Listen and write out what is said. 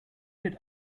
did